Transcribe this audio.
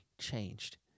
changed